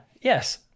yes